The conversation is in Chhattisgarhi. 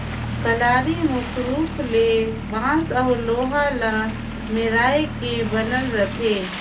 कलारी मुख रूप ले बांस अउ लोहा ल मेराए के बनल रहथे